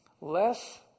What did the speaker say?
less